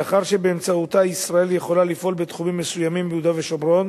מאחר שבאמצעותה ישראל יכולה לפעול בתחומים מסוימים ביהודה ושומרון